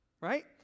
right